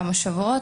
כמה שבועות,